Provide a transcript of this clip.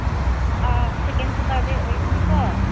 ꯑꯥ ꯁꯦꯀꯦꯟ ꯁꯇꯔꯗꯦ ꯑꯣꯏꯒꯅꯤꯀꯣ